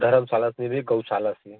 धरमशाला से भी गौशाला से